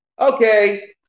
Okay